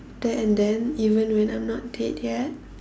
there and then even when I'm not dead yet